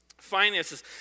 finances